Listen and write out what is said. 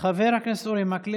חברת הכנסת מיכל